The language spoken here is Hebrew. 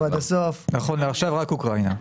נכון לעכשיו רק אוקראינה.